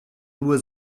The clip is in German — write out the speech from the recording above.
nur